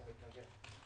אני אתנגד.